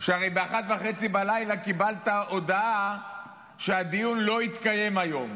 שהרי ב-01:30 קיבלת הודעה שהדיון לא יתקיים היום.